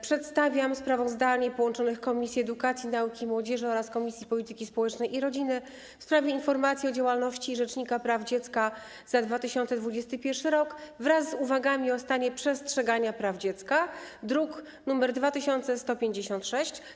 Przedstawiam sprawozdanie połączonych Komisji: Edukacji, Nauki i Młodzieży oraz Polityki Społecznej i Rodziny w sprawie informacji o działalności rzecznika praw dziecka za 2021 r. wraz z uwagami o stanie przestrzegania praw dziecka, druk nr 2156.